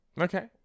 Okay